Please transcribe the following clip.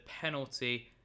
penalty